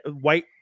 white